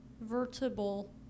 vertebral